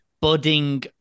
budding